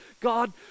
God